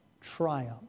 Triumph